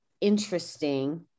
interesting